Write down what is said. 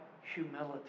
humility